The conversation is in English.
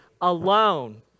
alone